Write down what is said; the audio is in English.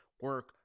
Work